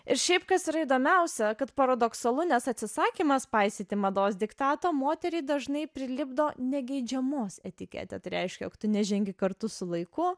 ir šiaip kas yra įdomiausia kad paradoksalu nes atsisakymas paisyti mados diktato moteriai dažnai prilipdo negeidžiamos etiketę tai reiškia jog tu nežengi kartu su laiku